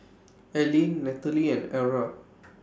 Allene Nataly and Arah